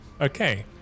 Okay